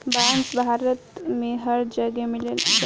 बांस भारत में हर जगे मिल जाला